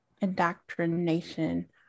indoctrination